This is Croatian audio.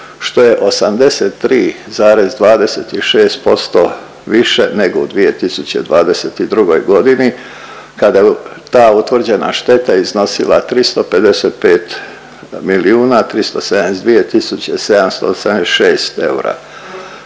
što je 83,26% više nego u 2022. godini kada je ta utvrđena šteta iznosila 355.372.776 eura.